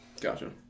Gotcha